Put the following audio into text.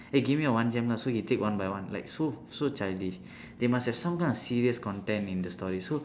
eh give me your one gem lah so he take one by one like so so childish they must have some kind of serious content in the story so